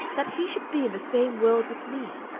that he should be in the same world with me!